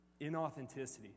Inauthenticity